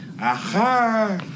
Aha